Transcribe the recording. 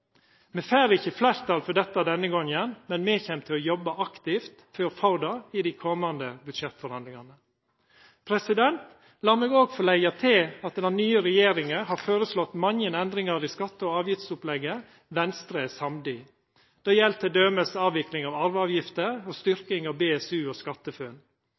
Me får ikkje fleirtal for dette denne gongen, men me kjem til å jobba aktivt i dei komande budsjettforhandlingane for å få det til. Lat meg òg få leggja til at den nye regjeringa har føreslått mange endringar i skatte- og avgiftsopplegget som Venstre er samd i. Det gjeld t.d. avvikling av arveavgifta og styrking av BSU og SkatteFUNN.